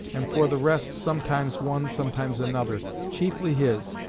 and for the rest sometimes one sometimes another chiefly his,